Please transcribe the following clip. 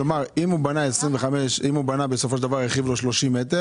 אם הוא בנה והרחיב ל-30 מטרים.